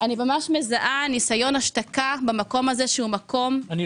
אני מזהה ניסיון השתקה במקום הזה- -- לא